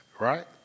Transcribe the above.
right